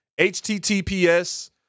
HTTPS